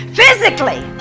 physically